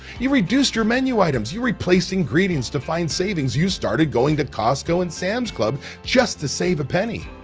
you reduced your menu items. you replaced ingredients to find savings. you started going to costco and sam's club just to save a penny.